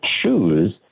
choose